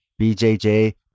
BJJ